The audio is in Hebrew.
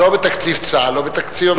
זה או בתקציב צה"ל או בתקציב המשטרה.